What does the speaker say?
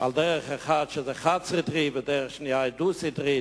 על דרך אחת שהיא חד-סטרית ודרך שנייה שהיא דו-סטרית.